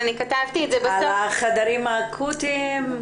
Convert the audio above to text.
על החדרים האקוטיים,